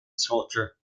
sculpture